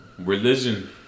Religion